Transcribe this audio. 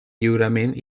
lliurement